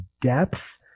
depth